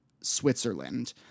Switzerland